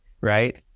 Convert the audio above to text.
right